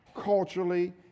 culturally